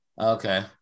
Okay